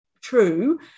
true